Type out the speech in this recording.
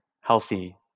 healthy